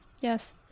yes